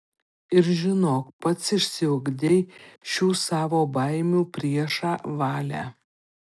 ir žinok pats išsiugdei šių savo baimių priešą valią